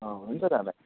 अँ हुन्छ त अब भाइ